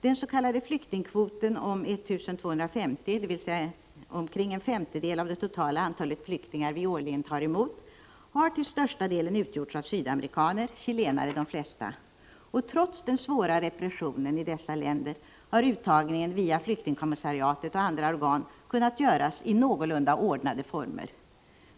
Den s.k. flyktingkvoten om 1 250 — dvs. omkring en femtedel av det totala antal flyktingar vi årligen tar emot-— har till största delen utgjorts av sydamerikaner, chilenare de flesta, och trots den svåra repressionen i dessa länder har uttagningen via flyktingkommissariatet och andra organ kunnat göras i någorlunda ordnade former.